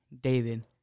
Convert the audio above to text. David